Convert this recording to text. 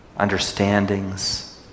understandings